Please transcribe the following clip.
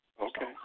Okay